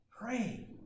pray